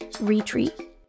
retreat